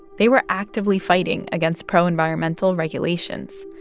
they were actively fighting against pro-environmental regulations.